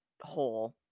hole